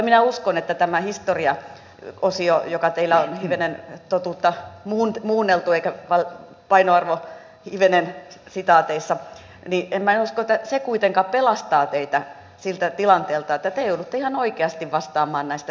minä en usko että tämä historiaosio jossa teillä on hivenen totuutta muunneltu eikä painoarvo sanalla hivenen kuitenkaan pelastaa teitä siltä tilanteelta että te joudutte ihan oikeasti vastaamaan näistä teoista